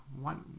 one